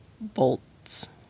bolts